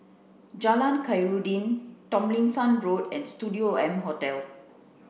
Jalan Khairuddin Tomlinson Road and Studio M Hotel